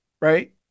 right